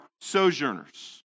sojourners